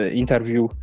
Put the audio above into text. interview